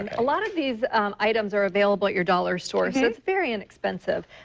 and a lot of these items are available at your dollar store. very inexpensive.